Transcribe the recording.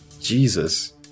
Jesus